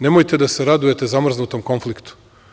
Nemojte da se radujete zamrznutom konfliktu.